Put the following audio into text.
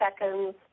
seconds